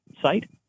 site